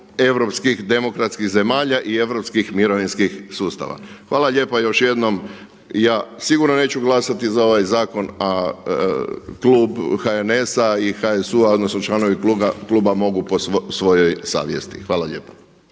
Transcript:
europskih demokratskih zemalja i europskih mirovinskih sustava. Hvala lijepa još jednom, ja sigurno neću glasati za ovaj zakon a klub HNS-a i HSU-a, odnosno članovi kluba mogu po svojoj savjesti. Hvala lijepa.